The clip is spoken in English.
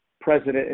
president